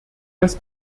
das